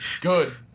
Good